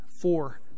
Four